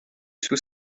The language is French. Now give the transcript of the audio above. sous